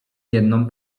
jedną